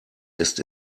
ist